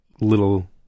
little